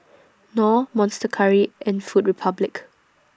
Knorr Monster Curry and Food Republic